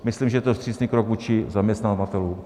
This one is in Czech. Myslím, že to je vstřícný krok vůči zaměstnavatelům.